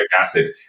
acid